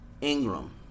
Ingram